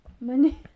Money